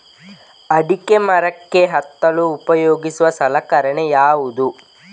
ಅಡಿಕೆ ಮರಕ್ಕೆ ಹತ್ತಲು ಉಪಯೋಗಿಸುವ ಸಲಕರಣೆ ಯಾವುದು?